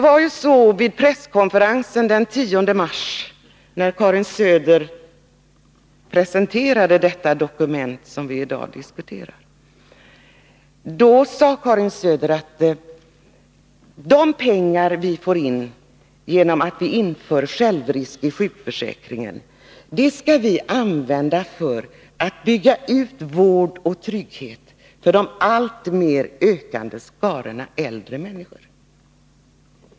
Vid presskonferensen den 10 mars, när Karin Söder presenterade det dokument vi i dag diskuterar, sade Karin Söder att de pengar vi får in genom att vi inför självrisk i sjukförsäkringen skall vi använda för att bygga ut vård och trygghet för de alltmer ökande skarorna äldre människor.